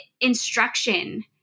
instruction